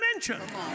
dimension